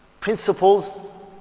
Principles